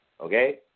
okay